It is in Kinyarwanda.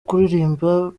kuririmba